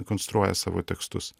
konstruoja savo tekstus